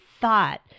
thought